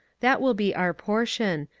that will be our portion,